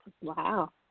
Wow